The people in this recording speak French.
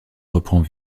reprend